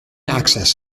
access